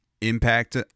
impact